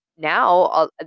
now